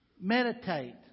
meditate